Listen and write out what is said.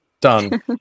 done